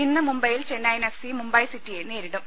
ഇന്ന് മുംബൈയിൽ Chennaiyin F C Mumbai സിറ്റിയെ നേരിടും